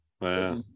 Wow